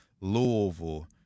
Louisville